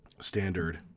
standard